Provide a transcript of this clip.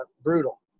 brutal